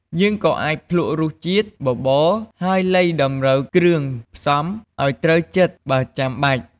យើងក៏អាចភ្លក្សរសជាតិបបរ ហើយលៃតម្រូវគ្រឿងផ្សំឱ្យត្រូវចិត្ត បើចាំបាច់។